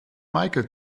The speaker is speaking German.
meike